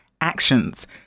actions